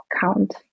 count